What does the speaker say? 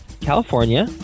California